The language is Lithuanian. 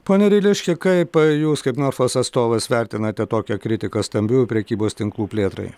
pone ryliški kaip jūs kaip norfos atstovas vertinate tokią kritiką stambiųjų prekybos tinklų plėtrai